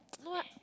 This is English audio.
no eh